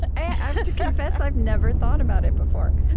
i have to confess, i've never thought about it before.